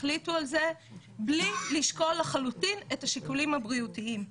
החליטו על זה בלי לשקול לחלוטין את השיקולים הבריאותיים.